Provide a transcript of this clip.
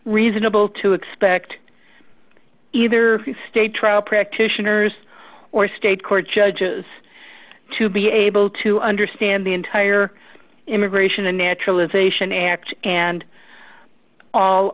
reasonable to expect either the state trial practitioners or state court judges to be able to understand the entire immigration and naturalization act and all